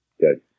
good